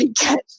catch